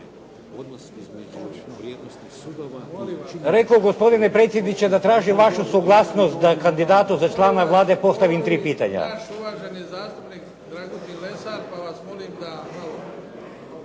suzdržan, ili protiv. Rekoh gospodine predsjedniče da tražim vašu suglasnost da kandidatu za člana Vlade postavim tri pitanja.